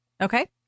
Okay